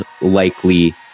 likely